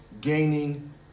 gaining